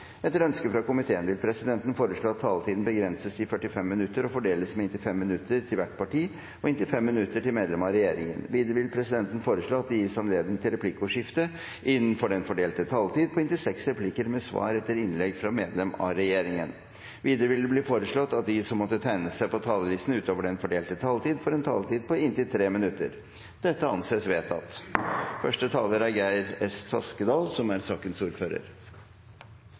Etter ønske fra komiteen vil presidenten foreslå at taletiden begrenses til 40 minutter og fordeles med inntil 5 minutter til hvert parti og inntil 5 minutter til medlem av regjeringen. Videre vil presidenten foreslå at det gis anledning til replikkordskifte på inntil seks replikker med svar etter innlegg fra medlem av regjeringen innenfor den fordelte taletid. Videre blir det foreslått at de som måtte tegne seg på talerlisten utover den fordelte taletid, får en taletid på inntil 3 minutter. – Det anses vedtatt.